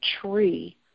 tree